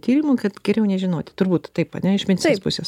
tyrimų kad geriau nežinoti turbūt taip ane iš medicininės pusės